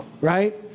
right